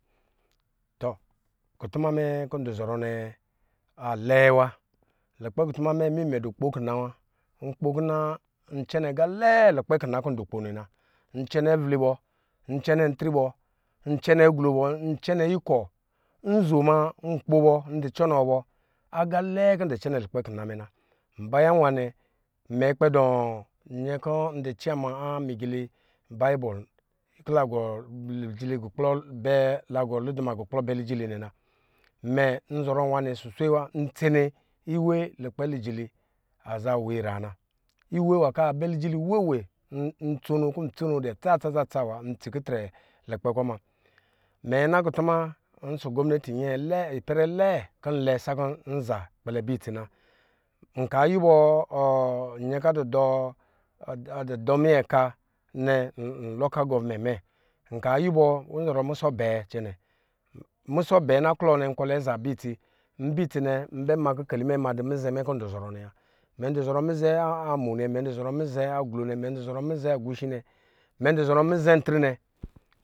Tɔ kutuma mɛ kɔ ndɔ zɔrɔ nɛ alɛɛ wa kutu ma mɛ mi mɛ du kpokin a wa nkpokina ndu cɛnɛ aga lɛɛ lukipɛ kina kɔ ndu kpo nɛ na ncɛnɛ avili bɔ, ncɛnɛ ntri bɔ, ncɛnɛ aglo bɔ ncɛnɛ ikɔ, nzo ma nkpo bɔ ndu cɔnɔ bɔ mbaya wanɛ mɛ kpɛ du cama amiɔili bayibɔ liduma gɔ kplɔ bɛ lijili nɛ na imɛ nzɔr ɔ nwani suswe wa, ntsene iwe lukpɛ lijili aza nwa ira na, iwe nwa kɔ abɛ lijili weewe ntsono kɔ ntsono tsatsatsa wa, ntsikɛtrɛ lukpɛ kɔ muna. Mɛ na kutuma mɛ na kutuma ɔsɔ gomineti nyɛɛ lɛɛ ipɛrɛ lɛɛ kɔ nlɛ sakɔ nza kpɛlɛ bɛ itsi na ɔ nyɛ kɔ adu minyɛ ka nɛ nlokal governemnt mɛ nka yuwɔ nzɔrɔ musɔ abɛ, musɔ abɛɛ na klɔ nɛ nkpɛlɛ za bɛ itsi nbɛ itsi na kɔ nbɛ ma kik mɛ nbɛ ma kikeli mɛ ma da misɛ mɛ mɛ du zɔrɔ mize amo aglo mɛ du zɔrɔ mizɛ mɛ dɔ zɔrɔ mizɛn til nɛ